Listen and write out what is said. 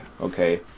okay